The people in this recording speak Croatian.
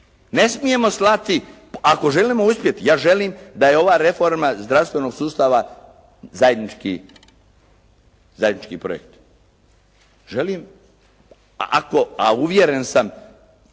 Ne smijemo slati, ako želimo uspjeti, ja želim da je ova reforma zdravstvenog sustava zajednički projekt. Želim, a uvjeren sam